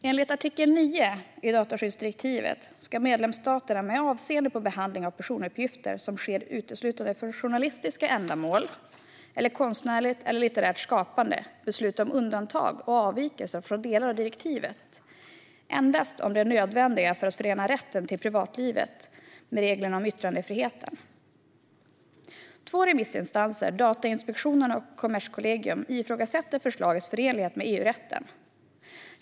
Enligt artikel 9 i dataskyddsdirektivet ska medlemsstaterna, med avseende på behandling av personuppgifter som sker uteslutande för journalistiska ändamål eller konstnärligt eller litterärt skapande, besluta om undantag och avvikelser från delar av direktivet endast om de är nödvändiga för att förena rätten till privatlivet med reglerna om yttrandefriheten. Två remissinstanser, Datainspektionen och Kommerskollegium, ifrågasätter förslagets förenlighet med EU-rätten.